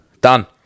Done